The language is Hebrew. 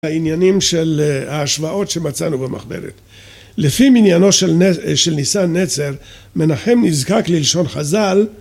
העניינים של ההשוואות שמצאנו במחברת. לפי מניינו של ניסן נצר מנחם נזקק ללשון חזל